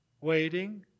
waiting